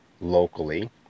locally